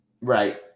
Right